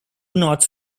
north